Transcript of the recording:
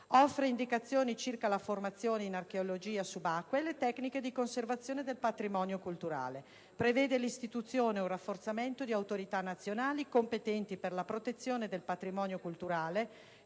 inoltre indicazioni circa la formazione in archeologia subacquea e le tecniche di conservazione del patrimonio culturale. Essa, infine, prevede l'istituzione o il rafforzamento di autorità nazionali competenti per la protezione del patrimonio culturale,